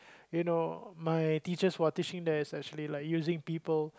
you know my teachers who are teaching there is actually like using people